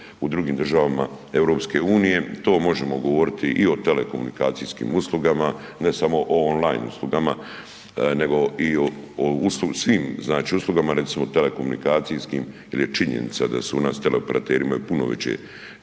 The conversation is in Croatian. u drugim državama EU. To možemo govoriti i o telekomunikacijskim uslugama, ne samo o on-line uslugama, nego i o svim znači uslugama recimo telekomunikacijskim jer je činjenica da su u nas teleoperateri imaju puno veće